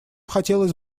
хотелось